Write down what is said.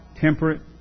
temperate